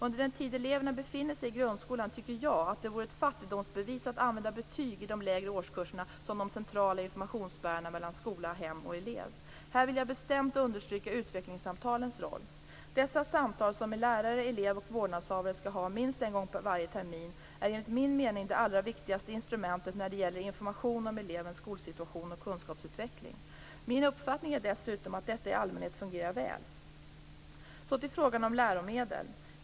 Under den tid eleverna befinner sig i grundskolan tycker jag att det vore ett fattigdomsbevis att använda betyg i de lägre årskurserna som centrala informationsbärare mellan skola, hem och elev. Här vill jag bestämt understryka utvecklingssamtalens roll. Dessa samtal som lärare, elev och vårdnadshavare skall ha minst en gång varje termin är, enligt min mening, det allra viktigaste instrumentet när det gäller information om elevens skolsituation och kunskapsutveckling. Min uppfattning är dessutom att detta i allmänhet fungerar väl. Så till frågan om läromedel.